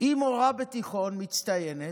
היא מורה בתיכון, מצטיינת,